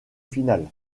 finale